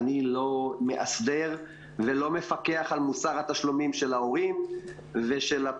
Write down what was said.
אני לא מאסדר ולא מפקח על מוסר התשלומים של ההורים ושלנו.